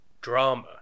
drama